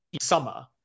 summer